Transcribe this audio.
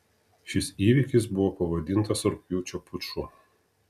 šis įvykis buvo pavadintas rugpjūčio puču